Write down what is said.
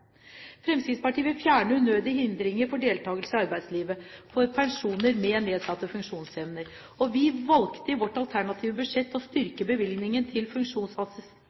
Fremskrittspartiet vil fjerne unødige hindringer for deltakelse i arbeidslivet for personer med nedsatt funksjonsevne. Vi valgte i vårt alternative budsjett å styrke bevilgningene til